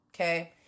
Okay